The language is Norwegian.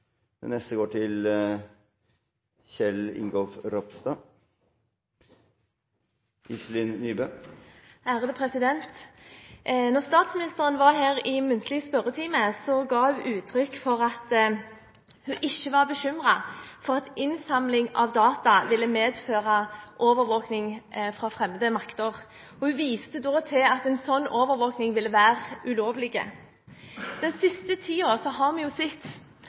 statsministeren var her i muntlig spørretime, ga hun uttrykk for at hun ikke var bekymret for at innsamling av data ville medføre overvåking fra fremmede makter, og hun viste da til at en sånn overvåking ville være ulovlig. Den siste tiden har vi sett